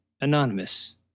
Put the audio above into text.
anonymous